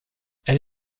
elle